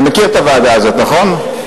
אתה מכיר את הוועדה הזו, נכון?